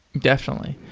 definitely.